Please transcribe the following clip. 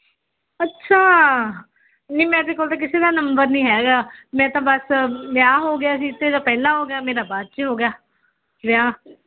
ਅੱਛਾ ਨਹੀਂ ਮੈਂ ਵੀ ਕੋਲ ਤੁਹਾਡੇ ਕਿਸੇ ਦਾ ਨੰਬਰ ਨਹੀਂ ਹੈਗਾ ਮੈਂ ਤਾਂ ਬਸ ਵਿਆਹ ਹੋ ਗਿਆ ਸੀ ਤੇਰਾ ਪਹਿਲਾਂ ਹੋ ਗਿਆ ਮੇਰਾ ਬਾਅਦ 'ਚ ਹੋ ਗਿਆ ਵਿਆਹ